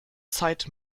zeit